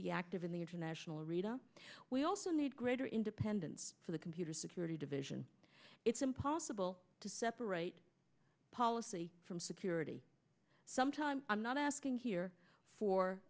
be active in the international arena we also need greater independence for the computer security division it's impossible to separate policy from security sometimes i'm not asking here for